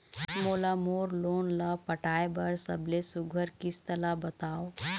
मोला मोर लोन ला पटाए बर सबले सुघ्घर किस्त ला बताव?